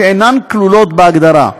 שאינן כלולות בהגדרה.